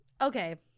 Okay